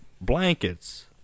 blankets